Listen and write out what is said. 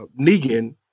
Negan